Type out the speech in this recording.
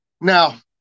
Now